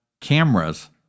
cameras